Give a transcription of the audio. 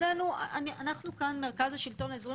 אנחנו מרכז השלטון האזורי.